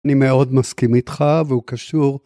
אני מאוד מסכים איתך, והוא קשור.